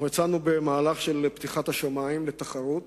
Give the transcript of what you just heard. יצאנו במהלך של פתיחת השמים לתחרות